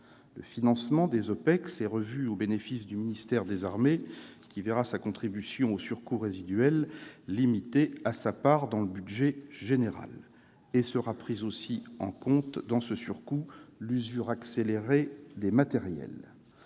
Le financement des opérations extérieures est revu au bénéfice du ministère des armées, qui verra sa contribution à leur surcoût résiduel limitée à sa part dans le budget général. Sera aussi prise en compte dans ce surcoût l'usure accélérée des matériels.